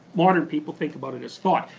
modern people think about it as thought.